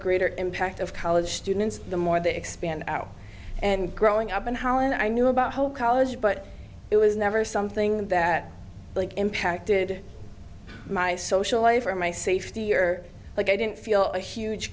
greater impact of college students the more they expand out and growing up in holland i knew about hope college but it was never something that impacted my social life or my safety year like i didn't feel a huge